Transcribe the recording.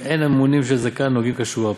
אם אין הממונים של צדקה נוהגים כשורה.